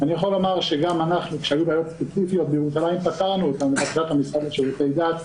אני יכול לומר שפתרנו בעיות ספציפיות בירושלים עם המשרד לשירותי דת.